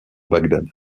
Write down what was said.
bagdad